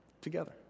together